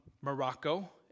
Morocco